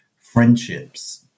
friendships